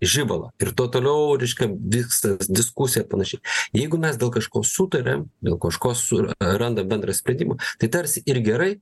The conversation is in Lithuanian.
žibalo ir to toliau reiškia vyksta diskusija ir panašiai jeigu mes dėl kažko sutariam dėl kažko surandam bendrą sprendimą tai tarsi ir gerai